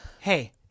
Hey